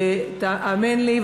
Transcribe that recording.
האמן לי,